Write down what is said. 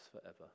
forever